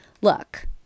Look